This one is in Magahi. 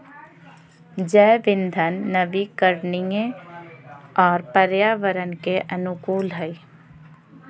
जैव इंधन नवीकरणीय और पर्यावरण के अनुकूल हइ